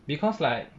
because like